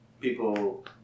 People